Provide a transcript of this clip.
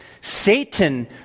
Satan